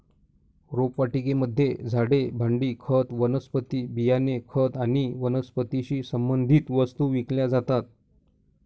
रोपवाटिकेमध्ये झाडे, भांडी, खत, वनस्पती बियाणे, खत आणि वनस्पतीशी संबंधित वस्तू विकल्या जातात